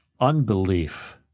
unbelief